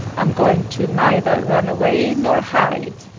i'm going to neither, run away nor hide.